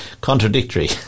contradictory